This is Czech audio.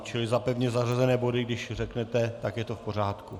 Čili za pevně zařazené body, když řeknete, tak je to v pořádku.